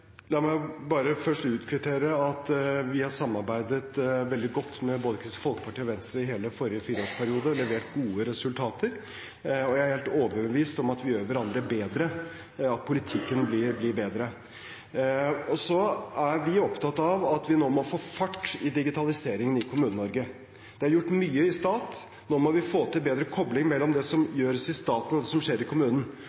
La meg bare først utkvittere at vi har samarbeidet veldig godt med både Kristelig Folkeparti og Venstre i hele forrige fireårsperiode. Vi har levert gode resultater, og jeg er helt overbevist om at vi gjør hverandre bedre – politikken blir bedre. Vi er opptatt av at vi nå må få fart på digitaliseringen i Kommune-Norge. Det er gjort mye i stat, nå må vi få til bedre kobling mellom det som